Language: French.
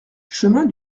chemin